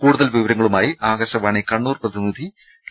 കൂടുതൽ വിവരങ്ങളുമായി ആകാശവാണി കണ്ണൂർ പ്രതിനിധി കെ